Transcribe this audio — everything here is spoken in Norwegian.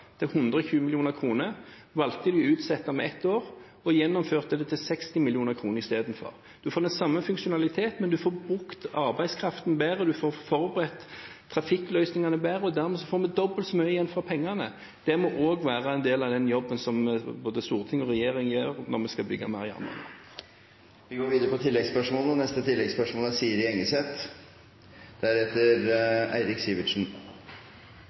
120 mill. kr, valgte de å utsette med et år og gjennomførte det til 60 mill. kr isteden. En får den samme funksjonaliteten, men en får brukt arbeidskraften bedre, en får forberedt trafikkløsningene bedre, og dermed får vi dobbelt så mye igjen for pengene. Det må også være en del av den jobben som både storting og regjering gjør når vi skal bygge mer